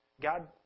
God